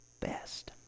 best